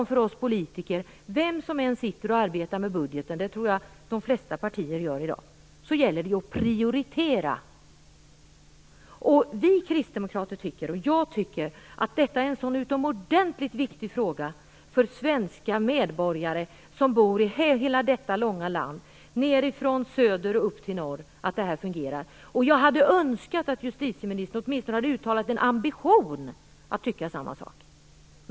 För oss politiker handlar det, vem som än sitter och arbetar med budgeten - och det tror att jag de flesta partier gör i dag - faktiskt om att prioritera. Vi kristdemokrater, också jag själv, tycker att det är utomordentligt viktigt för alla medborgare i detta långa land - från söder till norr - att detta fungerar. Jag hade önskat att justitieministern åtminstone uttalat en ambition att tycka samma sak.